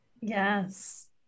Yes